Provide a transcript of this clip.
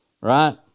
right